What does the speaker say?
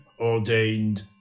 ordained